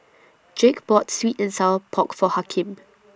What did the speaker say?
Jake bought Sweet and Sour Pork For Hakim